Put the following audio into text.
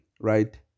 right